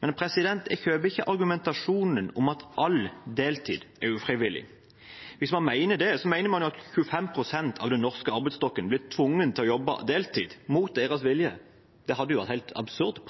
jeg kjøper ikke argumentasjonen om at all deltid er ufrivillig. Hvis man mener det, mener man jo at 25 pst. av den norske arbeidsstokken blir tvunget til å jobbe deltid, mot sin vilje. Det hadde jo vært helt absurd.